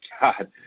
God